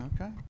Okay